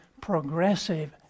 progressive